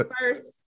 first